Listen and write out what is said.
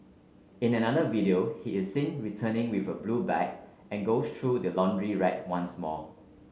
in another video he is seen returning with a blue bag and goes through the laundry rack once more